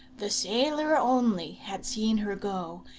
the sailor only had seen her go,